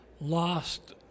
Lost